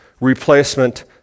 replacement